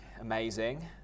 amazing